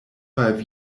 five